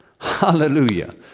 Hallelujah